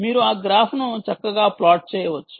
మీరు ఆ గ్రాఫ్ను చక్కగా ప్లాట్ చేయవచ్చు